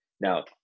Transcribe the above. Now